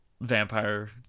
vampire